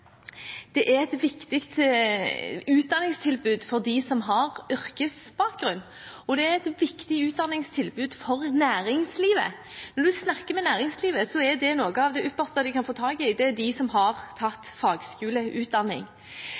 Det er et viktig utdanningstilbud for dem som har yrkesbakgrunn, og det er et viktig utdanningstilbud for næringslivet. Når man snakker med næringslivet, er noen av de ypperste de kan få tak i, de som har tatt